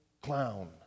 clown